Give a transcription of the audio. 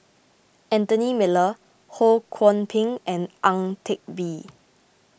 Anthony Miller Ho Kwon Ping and Ang Teck Bee